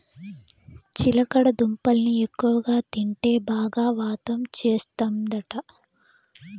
చిలకడ దుంపల్ని ఎక్కువగా తింటే బాగా వాతం చేస్తందట